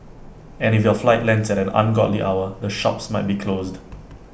and if your flight lands at an ungodly hour the shops might be closed